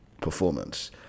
performance